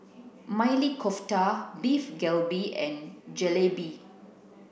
Maili Kofta Beef Galbi and Jalebi